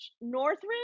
Northridge